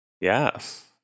Yes